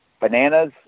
bananas